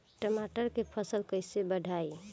टमाटर के फ़सल कैसे बढ़ाई?